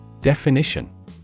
Definition